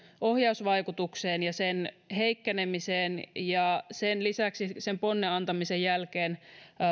ohjausvaikutukseen ja sen heikkenemiseen ja sen lisäksi sen ponnen antamisen jälkeen